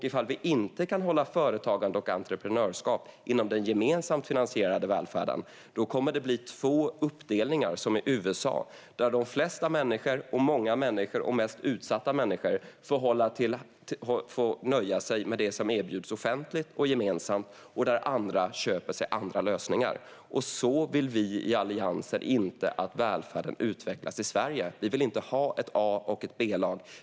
Ifall vi inte kan hålla företagande och entreprenörskap inom den gemensamt finansierade välfärden kommer det att bli uppdelat som i USA, där de flesta människor, många gånger de mest utsatta människorna, får nöja sig med det som erbjuds offentligt och gemensamt och där andra köper sig andra lösningar. Så vill vi i Alliansen inte att välfärden ska utvecklas i Sverige. Vi vill inte ha ett A-lag och ett B-lag.